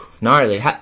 Gnarly